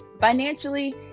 financially